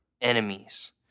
enemies